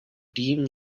dean